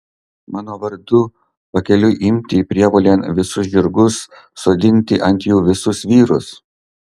mano vardu pakeliui imti prievolėn visus žirgus sodinti ant jų visus vyrus